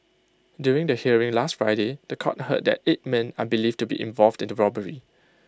during the hearing last Friday The Court heard that eight men are believed to be involved the robbery